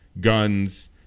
guns